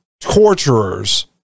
torturers